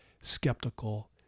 skeptical